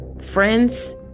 friends